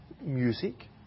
music